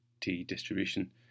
t-distribution